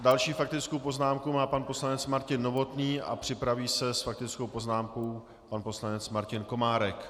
Další faktickou poznámku má pan poslanec Martin Novotný a připraví se s faktickou poznámkou pan poslanec Martin Komárek.